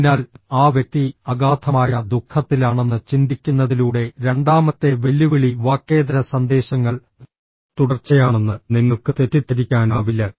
അതിനാൽ ആ വ്യക്തി അഗാധമായ ദുഃഖത്തിലാണെന്ന് ചിന്തിക്കുന്നതിലൂടെ രണ്ടാമത്തെ വെല്ലുവിളി വാക്കേതര സന്ദേശങ്ങൾ തുടർച്ചയാണെന്ന് നിങ്ങൾക്ക് തെറ്റിദ്ധരിക്കാനാവില്ല